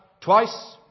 twice